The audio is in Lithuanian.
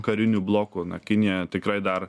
kariniu bloku na kinija tikrai dar